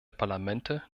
parlamente